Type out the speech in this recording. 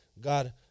God